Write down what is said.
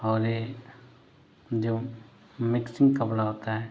और ये जब मिक्सिंग कपड़ा होता है